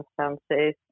circumstances